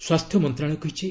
ସ୍ୱାସ୍ଥ୍ୟ ମନ୍ତ୍ରଣାଳୟ କହିଛି